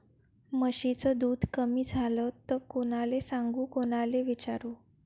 म्हशीचं दूध कमी झालं त कोनाले सांगू कोनाले विचारू?